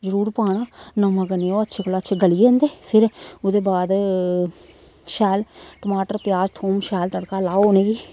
जरूर पाना नमक कन्नै ओह् अच्छे कोला अच्छे गली जंदे फिर ओह्दे बाद शैल टमाटर प्याज थोम शैल तड़का लाो उ'नें गी